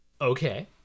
Okay